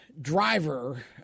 driver